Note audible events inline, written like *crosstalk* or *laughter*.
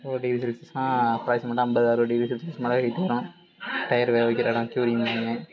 floor degree செல்சியஸ்னா அப்ராக்சிமேட்டாக ஐம்பது அறுபது டிகிரி செல்சியஸ்க்கு மேலே ஹீட்டு வரும் டயரு வேக வைக்கிற இடம் க்யூரிங் *unintelligible*